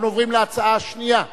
אנחנו עוברים להצעה השנייה,